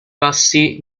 passi